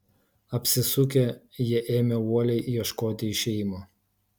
apsisukę jie ėmė uoliai ieškoti išėjimo